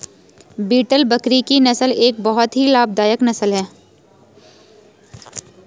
beetle बकरी की नस्ल एक बहुत ही लाभदायक नस्ल है